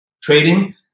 Trading